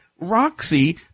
Roxy